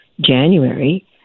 January